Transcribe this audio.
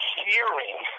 hearing